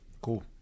Cool